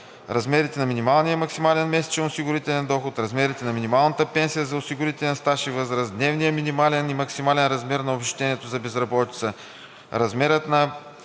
размерите на минималния и максималния месечен осигурителен доход; размерът на минималната пенсия за осигурителен стаж и възраст; дневният минимален и максимален размер на обезщетението за безработица; размерът на